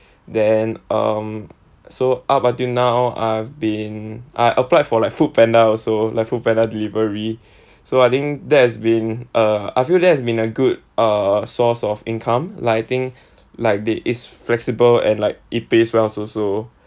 then um so up until now I've been I applied for like foodpanda also like foodpanda delivery so I think that has been uh I feel that has been a good uh source of income like I think like they it's flexible and like it pays well also